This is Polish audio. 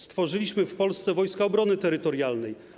Stworzyliśmy w Polsce Wojska Obrony Terytorialnej.